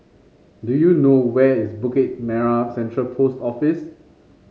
do you know where is Bukit Merah Central Post Office